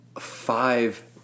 five